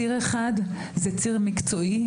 ציר אחד ציר מקצועי,